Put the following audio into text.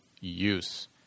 use